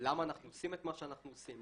למה אנחנו עושים את מה שאנחנו עושים,